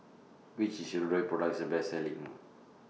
Which Hirudoid Product IS The Best Selling